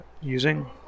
using